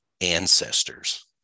ancestors